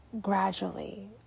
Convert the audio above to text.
gradually